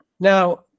Now